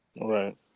right